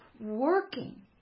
working